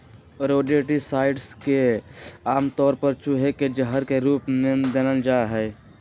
rodenticides के आमतौर पर चूहे के जहर के रूप में जानल जा हई